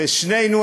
ושנינו,